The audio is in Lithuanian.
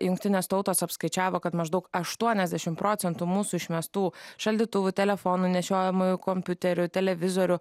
jungtinės tautos apskaičiavo kad maždaug aštuoniasdešimt procentų mūsų išmestų šaldytuvų telefonų nešiojamųjų kompiuterių televizorių